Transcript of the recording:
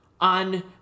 on